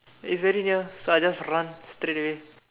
it's very near so I just run straight away